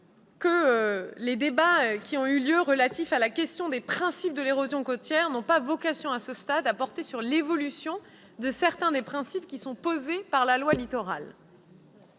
que les débats relatifs à la question des principes de l'érosion côtière n'ont pas vocation, à ce stade, à porter sur l'évolution de certains des principes posés par la loi Littoral.